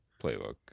Playbook